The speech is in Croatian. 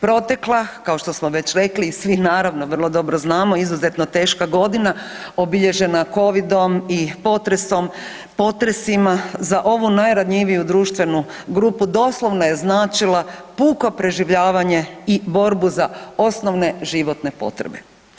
Protekla kao što smo već rekli i svi naravno vrlo dobro znamo izuzetno teška godina obilježena Covidom i potresom, potresima za ovu najranjiviju društvenu grupu doslovno je značila puko preživljavanje i borbu za osnovne životne potrebe.